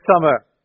summer